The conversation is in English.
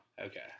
Okay